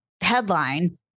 headline